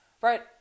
Right